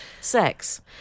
sex